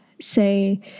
say